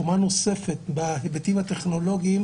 קומה נוספת בהיבטים הטכנולוגיים